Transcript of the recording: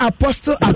Apostle